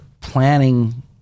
planning